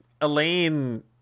elaine